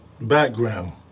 background